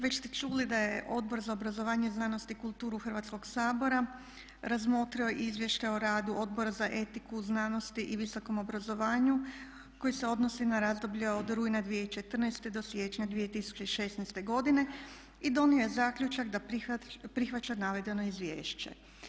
Već ste čuli da je Odbor za obrazovanje, znanost i kulturu Hrvatskoga sabora razmotrio Izvještaj o radu Odbora za etiku, znanost i visokom obrazovanju koji se odnosi na razdoblje od rujna 2014. do siječnja 2016. godine i donio je zaključak da prihvaća navedeno izvješće.